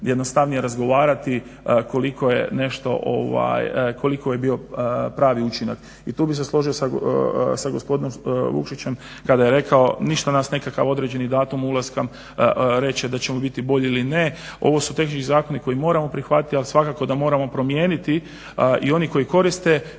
jednostavnije razgovarati koliko je nešto, koliki je bio pravi učinak. I tu bih se složio sa gospodinom Vukšićem kada je rekao ništa nas nekakav određeni datum ulaska reći da ćemo biti bolji ili ne. Ovo su tehnički zakoni koje moramo prihvatiti, ali svakako da moramo promijeniti i oni koji koriste